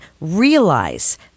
realize